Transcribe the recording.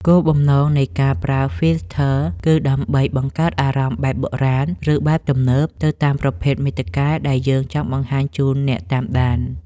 គោលបំណងនៃការប្រើ ហ្វីលធ័រ គឺដើម្បីបង្កើតអារម្មណ៍បែបបុរាណ ឬបែបទំនើបទៅតាមប្រភេទមាតិកាដែលយើងចង់បង្ហាញជូនអ្នកតាមដាន។